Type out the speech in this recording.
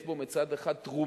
יש בו מצד אחד תרומה